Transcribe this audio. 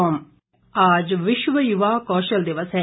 युवा कौशल आज विश्व युवा कौशल दिवस है